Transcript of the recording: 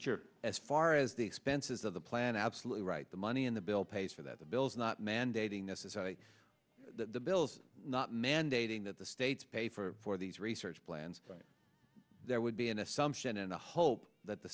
as far as the expenses of the plan absolutely right the money in the bill pays for that the bills not mandating necessarily the bills not mandating that the states pay for these research plans there would be an assumption and a hope that the